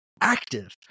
active